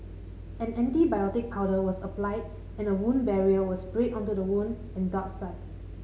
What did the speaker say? an antibiotic powder was applied and a wound barrier was sprayed onto the wound and dart site